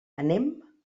anem